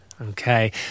Okay